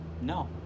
No